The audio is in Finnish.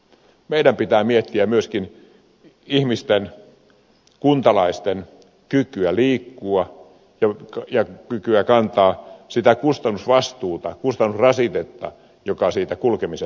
meidän pitää miettiä myöskin ihmisten kuntalaisten kykyä liikkua ja kykyä kantaa sitä kustannusvastuuta kustannusrasitetta joka siitä kulkemisesta tulee